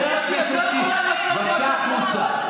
חבר הכנסת קיש, בבקשה החוצה.